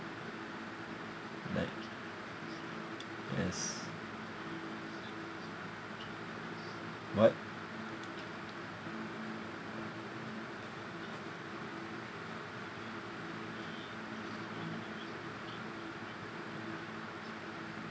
like yes what